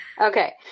Okay